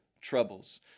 troubles